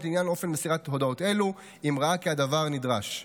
לעניין אופן מסירת הודעות אלו אם ראה כי הדבר נדרש.